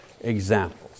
examples